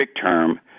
term